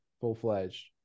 full-fledged